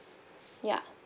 ya